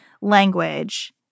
language